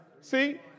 See